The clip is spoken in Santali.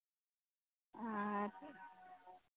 ᱟᱨ